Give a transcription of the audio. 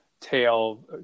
tail